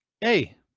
hey